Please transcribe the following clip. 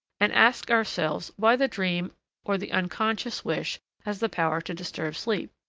and ask ourselves why the dream or the unconscious wish has the power to disturb sleep,